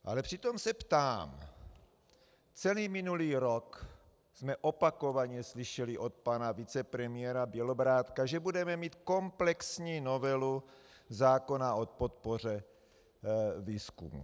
Ale přitom se ptám celý minulý rok jsme opakovaně slyšeli od pana vicepremiéra Bělobrádka, že budeme mít komplexní novelu zákona o podpoře výzkumu.